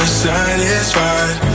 satisfied